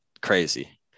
crazy